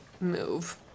move